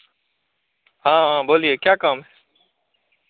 हाँ हाँ बोलिए क्या काम है